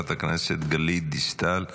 חברת הכנסת גלית דיסטל אטבריאן.